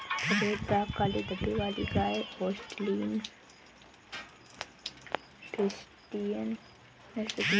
सफेद दाग काले धब्बे वाली गाय होल्सटीन फ्रिसियन नस्ल की गाय हैं